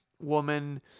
woman